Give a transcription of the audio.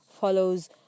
follows